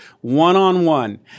one-on-one